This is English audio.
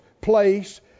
place